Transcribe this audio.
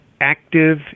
active